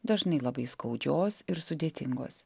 dažnai labai skaudžios ir sudėtingos